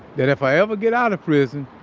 that if i ever get out of prison,